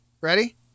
Ready